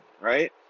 right